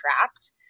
trapped